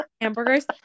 hamburgers